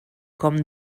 com